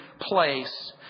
place